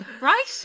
right